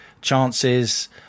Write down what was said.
chances